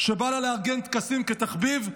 שבא לה לארגן טקסים כתחביב,